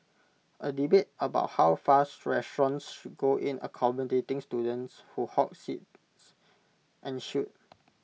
A debate about how far restaurants should go in accommodating students who hog seats ensued